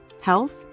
health